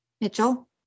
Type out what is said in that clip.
Mitchell